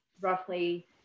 roughly